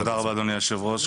תודה רבה, אדוני היושב ראש.